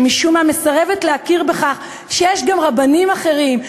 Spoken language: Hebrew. שמשום מה מסרבת להכיר בכך שיש גם רבנים אחרים,